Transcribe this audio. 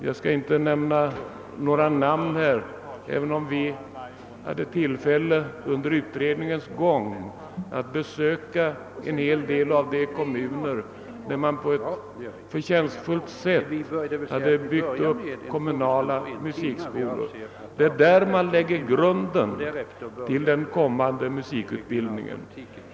Jag skall inte nämna några namn, även om vi under utredningens gång hade tillfälle att besöka flera av de kommuner där man på ett förtjänstfullt sätt byggt upp kommunala musikskolor. Det är där grunden läggs till den kommunala musikutbildningen.